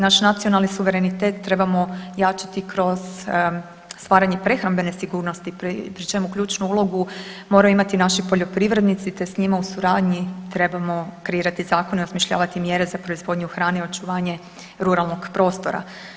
Naš nacionalni suverenitet trebamo jačati kroz stvaranje prehrambene sigurnosti pri čemu ključnu ulogu moraju imati naši poljoprivrednici te s njima u suradnji trebamo kreirati zakone i osmišljavati mjere za proizvodnju hrane i očuvanje ruralnog prostora.